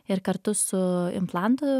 ir kartu su implantu